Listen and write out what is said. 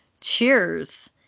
Cheers